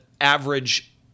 average